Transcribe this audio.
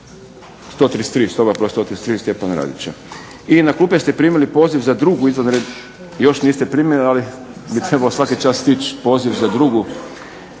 soba br. 133. Stjepana Radića. I na klupe ste primili poziv za drugu izvanrednu, još niste primili ali bi trebao svaki čas stići poziv za drugu